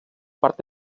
part